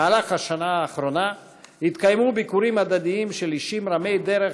בשנה האחרונה התקיימו ביקורים הדדיים של אישים רמי דרג,